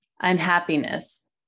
unhappiness